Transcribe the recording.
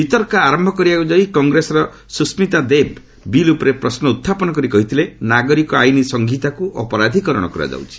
ବିତର୍କ ଆରମ୍ଭ କରିବାକୁ ଯାଇ କଂଗ୍ରେସର ସୁସ୍ମିତା ଦେବ୍ ବିଲ୍ ଉପରେ ପଶ୍ର ଉହ୍ଚାପନ କରି କହିଥିଲେ ନାଗରିକ ଆଇନ୍ ସଂହିତାକୁ ଅପରାଧିକରଣ କରାଯାଉଛି